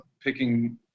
picking